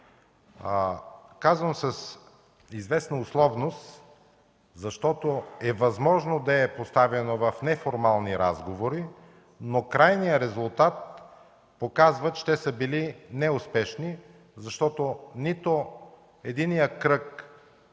Казвам с известна условност, защото е възможно да е поставян в неформални разговори, но крайният резултат показва, че те са били неуспешни. Защото нито единият кръг